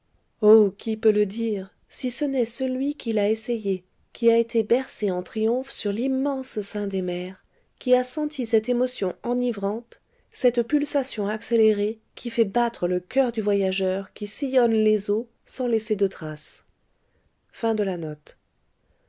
qui peut le dire si ce n'est celui qui l'a essayé qui a été bercé en triomphe sur l'immense sein des mers qui a senti cette émotion enivrante cette pulsation accélérée qui fait battre le coeur du voyageur qui sillonne les eaux sans laisser de traces